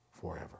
forever